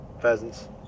pheasants